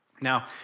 Now